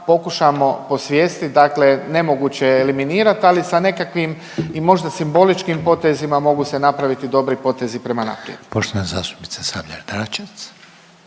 pokušamo posvijestiti, dakle nemoguće je eliminirati, ali sa nekakvim i možda simboličkim potezima mogu se napraviti dobri potezi prema naprijed. **Reiner, Željko (HDZ)**